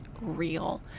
real